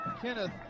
Kenneth